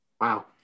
Wow